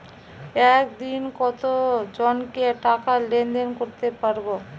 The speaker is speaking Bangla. একদিন কত জনকে টাকা লেনদেন করতে পারবো?